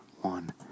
one